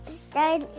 start